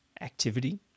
activity